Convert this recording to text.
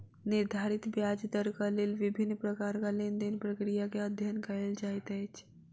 निर्धारित ब्याज दरक लेल विभिन्न प्रकारक लेन देन प्रक्रिया के अध्ययन कएल जाइत अछि